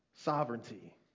Sovereignty